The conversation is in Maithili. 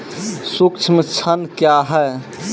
सुक्ष्म ऋण क्या हैं?